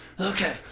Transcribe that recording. okay